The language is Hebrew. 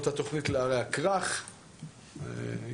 אחרי כניסתו לתפקיד של השר גלעד ארדן,